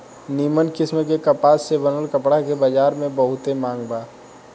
निमन किस्म के कपास से बनल कपड़ा के बजार में बहुते मांग बा